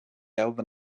elven